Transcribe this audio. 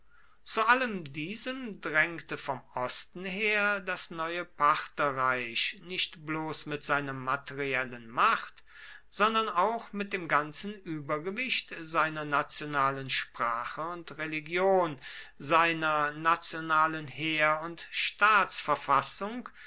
zu allem diesem drängte von osten her das neue partherreich nicht bloß mit seiner materiellen macht sondern auch mit dem ganzen übergewicht seiner nationalen sprache und religion seiner nationalen heer und